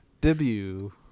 Debut